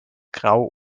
grau